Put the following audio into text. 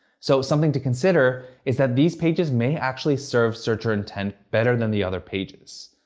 so something to consider is that these pages may actually serve searcher intent better than the other pages.